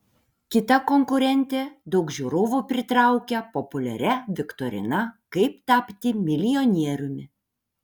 kita konkurentė daug žiūrovų pritraukia populiaria viktorina kaip tapti milijonieriumi